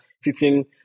sitting